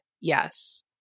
yes